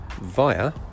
via